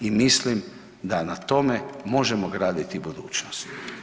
I mislim da na tome možemo graditi budućnost.